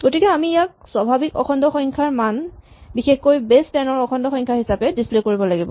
গতিকে আমি ইয়াক স্বাভাৱিক অখণ্ড সংখ্যাৰ মান বিশেষকৈ বেচ ১০ ৰ অখণ্ড সংখ্যা হিচাপে ডিচপ্লে কৰিব লাগিব